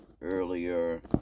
earlier